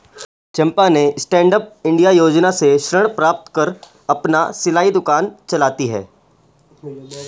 चंपा ने stand up India योजना से ऋण प्राप्त कर अपना सिलाई दुकान चलाती है